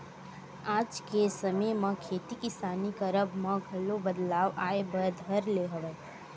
आज के समे म खेती किसानी करब म घलो बदलाव आय बर धर ले हवय